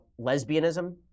lesbianism